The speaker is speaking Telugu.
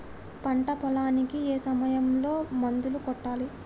పంట పొలానికి ఏ సమయంలో మందులు కొట్టాలి?